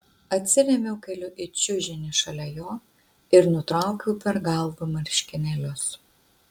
atsirėmiau keliu į čiužinį šalia jo ir nutraukiau per galvą marškinėlius